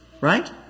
right